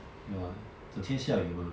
ya 整天下雨嘛